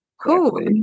Cool